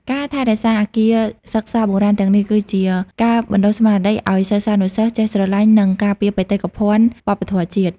ការថែរក្សាអគារសិក្សាបុរាណទាំងនេះ គឺជាការបណ្តុះស្មារតីឱ្យសិស្សានុសិស្សចេះស្រឡាញ់ និងការពារបេតិកភណ្ឌវប្បធម៌ជាតិ។